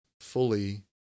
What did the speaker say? fully